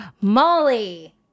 Molly